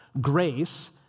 grace